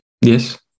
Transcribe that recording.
Yes